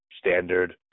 standard